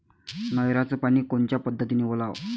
नयराचं पानी कोनच्या पद्धतीनं ओलाव?